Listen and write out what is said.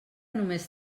només